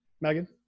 megan